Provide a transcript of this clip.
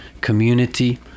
community